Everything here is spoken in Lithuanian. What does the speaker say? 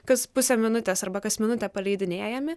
kas pusę minutės arba kas minutę paleidinėjami